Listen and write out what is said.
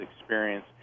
experience